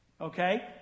Okay